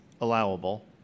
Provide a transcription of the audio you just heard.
allowable